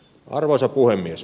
arvoisa puhemies